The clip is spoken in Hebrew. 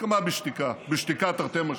הסכמה בשתיקה, בשתיקה, תרתי משמע.